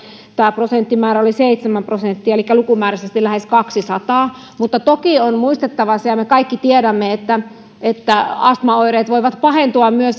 tämä prosenttimäärä oli seitsemän prosenttia elikkä lukumääräisesti lähes kaksisataa keskeyttäneistä mutta toki on muistettava se ja me kaikki tiedämme sen että astmaoireet voivat pahentua